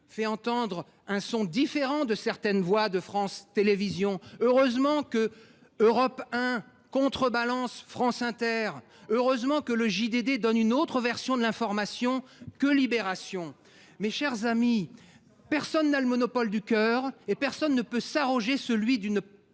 fait entendre un son différent de certaines voix de France Télévisions ! Heureusement qu’Europe 1 contrebalance France Inter ! Heureusement que le donne une autre version de l’information que ! Mes chers amis, personne n’a le monopole du cœur et personne ne peut s’arroger celui d’une